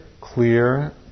clear